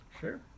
Sure